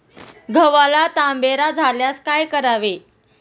गव्हाला तांबेरा झाल्यास काय करावे?